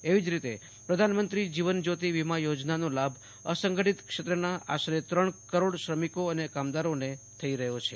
એવી જ રીતે પ્રધાનમંત્રી જીવન જયોતિ વીમા યોજનાનો લાભ અસંગઠિત ક્ષેત્રના આશરે ત્રણ કરોડ શ્રમિકો અને કામદારોને થઈ રહ્યો છે